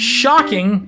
shocking